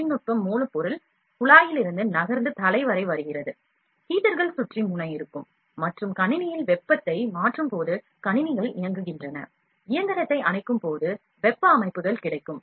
தொழில்நுட்ப மூலப்பொருள் குழாயிலிருந்து நகர்ந்து தலை வரை வருகிறது ஹீட்டர்களைச் சுற்றி முனை இருக்கும் மற்றும் கணினியில் வெப்பத்தை மாற்றும்போது கணினிகள் இயங்குகின்றன இயந்திரத்தை அணைக்கும் போது வெப்ப அமைப்புகள் கிடைக்கும்